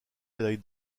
médaille